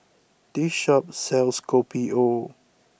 this shop sells Kopi O